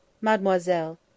mademoiselle